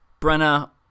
Brenna